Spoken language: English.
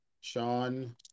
Sean